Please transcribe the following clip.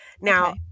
Now